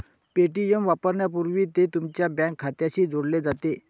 Paytm वापरण्यापूर्वी ते तुमच्या बँक खात्याशी जोडले जाते